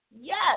Yes